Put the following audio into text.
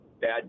bad